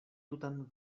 tutan